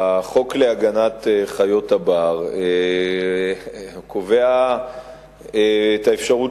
החוק להגנת חיות הבר קובע את האפשרות